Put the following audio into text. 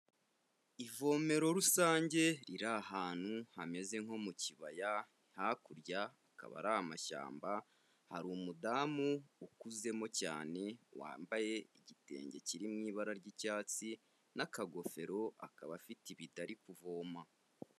Ivomero rusange riri ahantu hameze nko mu kibaya, hakurya akaba ari amashyamba, hari umudamu ukuzemo cyane wambaye igitenge kiri mu ibara ry'icyatsi n'akagofero akaba afite ibido ari kuvoma.